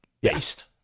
based